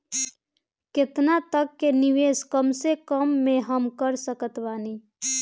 केतना तक के निवेश कम से कम मे हम कर सकत बानी?